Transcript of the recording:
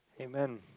Amen